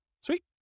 Sweet